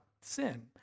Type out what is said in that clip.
sin